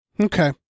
Okay